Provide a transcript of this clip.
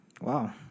Wow